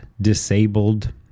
disabled